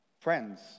Friends